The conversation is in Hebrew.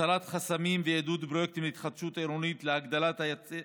הסרת חסמים ועידוד פרויקטים להתחדשות עירונית להגדלת היצע